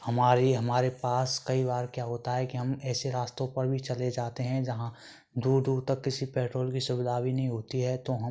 हमारे हमारे पास कई बार क्या होता है कि हम ऐसे रास्तों पर भी चले जाते हैं जहाँ दूर दूर तक किसी पेट्रोल की सुविधा भी नहीं होती है तो हम